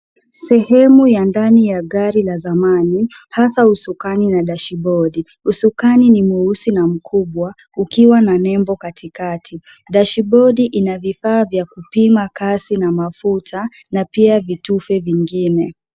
Sehemu ya ndani ya gari ya zamani hasa usukani na dashibodi, usukani ni mweusi na mkubwa ikiwa na nembo katikati. Dashibodi ina vifaa vya kupima kasi na mafuta na pia vitufe vingine.